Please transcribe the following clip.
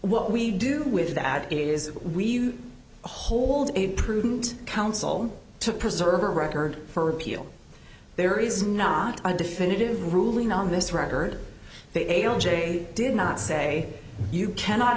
what we do with that is we've hold a prudent counsel to preserve a record for appeal there is not a definitive ruling on this record they o j did not say you cannot